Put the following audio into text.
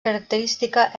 característica